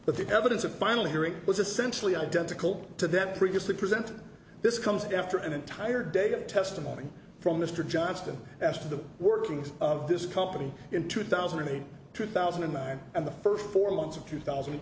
but the evidence of final hearing was essentially identical to them previously presented this comes after an entire day of testimony from mr johnston as to the workings of this company in two thousand and eight two thousand and nine and the first four months of two thousand and